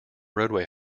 roadway